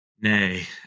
Nay